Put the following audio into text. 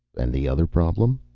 and the other problem?